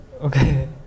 Okay